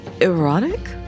Erotic